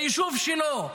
ליישוב שלו,